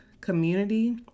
community